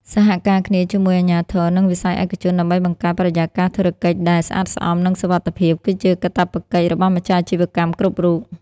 សហការគ្នាជាមួយអាជ្ញាធរ និងវិស័យឯកជន ដើម្បីបង្កើតបរិយាកាសធុរកិច្ចដែល "ស្អាតស្អំ និងសុវត្ថិភាព" គឺជាកាតព្វកិច្ចរបស់ម្ចាស់អាជីវកម្មគ្រប់រូប។